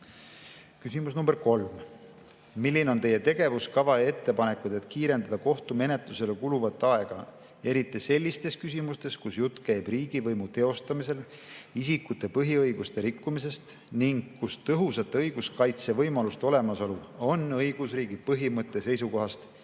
Küsimus nr 3: "Milline on Teie tegevuskava ja ettepanekud, et kiirendada kohtumenetlusele kuluvat aega, eriti sellistes küsimustes, kus jutt käib riigivõimu teostamisel isikute põhiõiguste rikkumisest ning kus tõhusate õiguskaitsevõimaluste olemasolu on õigusriigi põhimõtte seisukohast